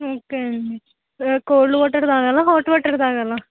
okay అండి cold water త్రాగాలా hot water త్రాగాలా